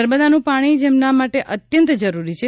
નર્મદાનું પાણી જેમના માટે અત્યંત જરૂરી છે